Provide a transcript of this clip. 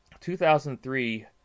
2003